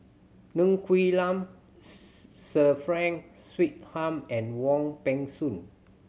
Ng Quee Lam Sir Frank Swettenham and Wong Peng Soon